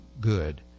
good